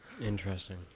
Interesting